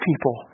people